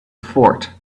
fort